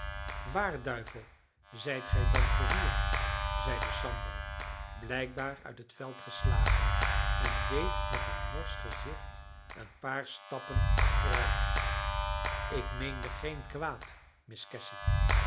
waar duivel zijt gij dan voor hier zeide sambo blijkbaar uit het veld geslagen en deed met een norsch gezicht een paar stappen achteruit ik meende geen kwaad